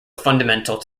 fundamental